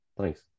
Thanks